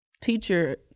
teacher